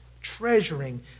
treasuring